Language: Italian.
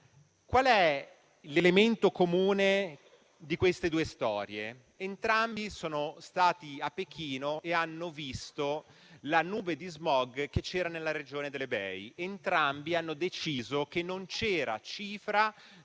Qual è l'elemento comune di queste due storie? Entrambi sono stati a Pechino e hanno visto la nube di smog che c'era nella regione dell'Hebei; entrambi hanno deciso che non c'era